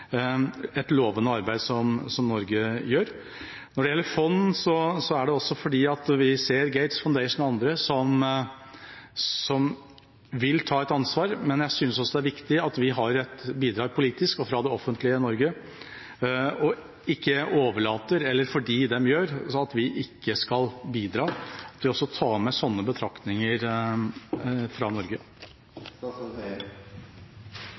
et lovende arbeid som Norge gjør. Når det gjelder fond: Vi ser Gates Foundation og andre som vil ta et ansvar, men jeg synes også det er viktig at vi bidrar politisk og fra det offentlige Norge, og ikke tenker at fordi de tar ansvar, skal ikke vi bidra. Ta med slike betraktninger fra